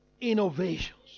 innovations